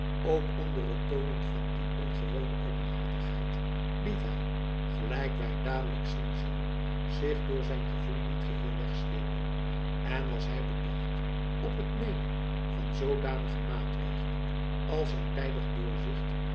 ook onder het toonen van die ongewone openhartigheid liet hy gelijk wy dadelijk zien zullen zich door zijn gevoel niet geheel wegslepen en was hy bedacht op het nemen van zoodanige maatregelen als zijn tijdig doorzicht